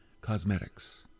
cosmetics